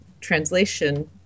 translation